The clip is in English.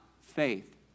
Faith